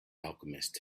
alchemist